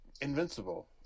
invincible